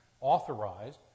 authorized